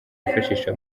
yifashisha